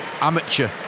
amateur